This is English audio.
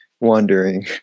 wandering